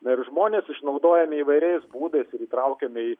na ir žmonės išnaudojami įvairiais būdais ir įtraukiami